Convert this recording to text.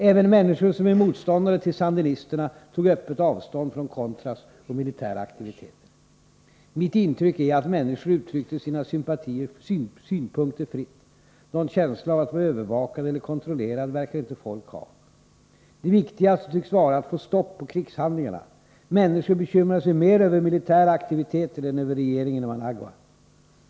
Även människor som är motståndare till Sandinisterna tog öppet avstånd från ”contras” och militära aktiviteter. Mitt intryck är att människor uttryckte sina synpunkter fritt. Någon känsla av att vara övervakad eller kontrollerad verkar inte folk ha. Det viktigaste tycks vara att få stopp på krigshandlingarna. Människor bekymrar sej mera över militära aktiviteter än över regeringen i Managua.